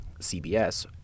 CBS